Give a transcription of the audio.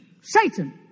Satan